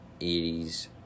80s